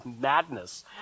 madness